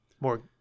more